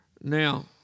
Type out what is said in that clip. Now